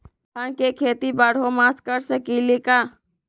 धान के खेती बारहों मास कर सकीले का?